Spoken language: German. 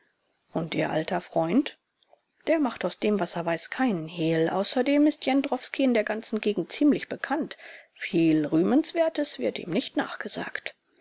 und ihr alter freund der macht aus dem was er weiß keinen hehl außerdem ist jendrowski in der ganzen gegend ziemlich bekannt viel rühmenswertes wird ihm nicht nachgesagt